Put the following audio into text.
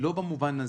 לא במובן הזה,